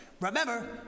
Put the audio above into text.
Remember